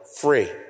free